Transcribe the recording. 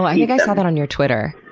wow. i think i saw that on your twitter.